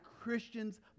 Christian's